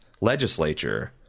legislature